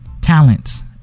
talents